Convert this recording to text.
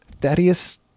thaddeus